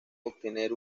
obtener